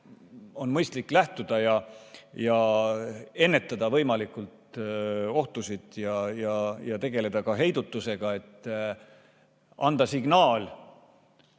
on mõistlik lähtuda. Tuleb ennetada võimalikke ohtusid ja tegeleda ka heidutusega, et anda signaal